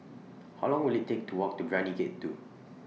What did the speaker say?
How Long Will IT Take to Walk to Brani Gate two